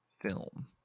film